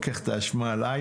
אני לוקח את האשמה עליי,